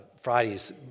Friday's